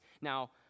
Now